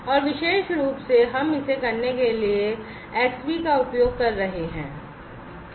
और विशेष रूप से हम इसे करने के लिए Xbee का उपयोग कर रहे हैं